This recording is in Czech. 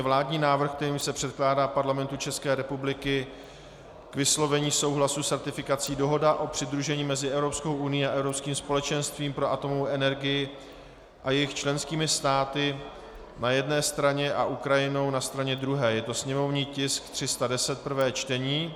Vládní návrh, kterým se předkládá Parlamentu České republiky k vyslovení souhlasu s ratifikací Dohoda o přidružení mezi Evropskou unií a Evropským společenstvím pro atomovou energii a jejich členskými státy na jedné straně a Ukrajinou na straně druhé /sněmovní tisk 310/ prvé čtení